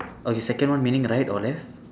okay second one meaning right or left